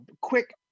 quick